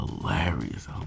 Hilarious